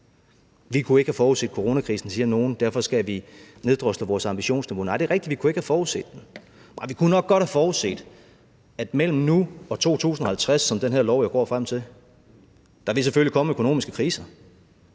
Vi kunne ikke have forudset coronakrisen, siger nogle, og derfor skal vi neddrosle vores ambitionsniveau. Nej, det er rigtigt; vi kunne ikke have forudset det. Men vi kan nok godt forudse, at mellem nu og 2050, som den her lov jo går frem til, vil der selvfølgelig komme økonomiske kriser